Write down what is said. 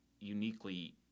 uniquely